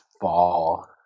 fall